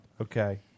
okay